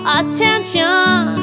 attention